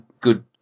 good